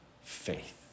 faith